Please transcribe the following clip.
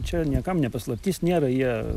čia niekam ne paslaptis nėra jie